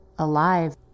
Alive